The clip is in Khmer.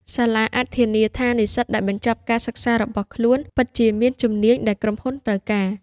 សាលាអាចធានាថានិស្សិតដែលបញ្ចប់ការសិក្សារបស់ខ្លួនពិតជាមានជំនាញដែលក្រុមហ៊ុនត្រូវការ។